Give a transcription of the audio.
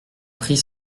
prit